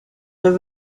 neveu